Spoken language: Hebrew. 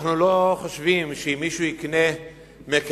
אנחנו לא חושבים שאם מישהו יקנה מקרר,